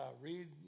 read